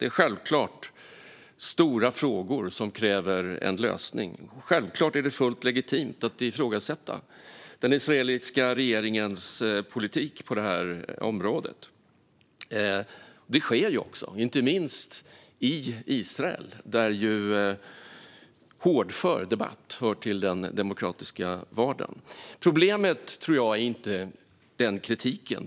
Det är självklart stora frågor som kräver en lösning, och det är självklart fullt legitimt att ifrågasätta den israeliska regeringens politik på detta område. Det sker också - inte minst i Israel, där hårdför debatt hör till den demokratiska vardagen. Problemet tror jag inte är den kritiken.